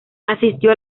asistió